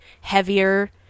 heavier